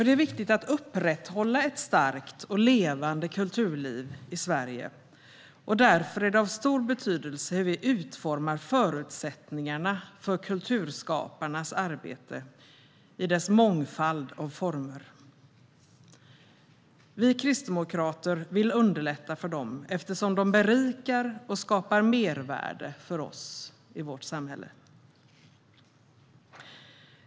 Det är viktigt att upprätthålla ett starkt och levande kulturliv i Sverige, och därför är det av stor betydelse hur vi utformar förutsättningarna för kulturskaparnas arbete i deras mångfald av former. Vi kristdemokrater vill underlätta för dem eftersom de berikar och skapar mervärde för vårt samhälle.